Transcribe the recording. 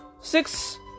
six